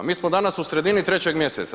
Mi smo danas u sredini 3. mj.